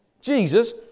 Jesus